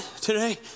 today